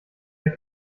wir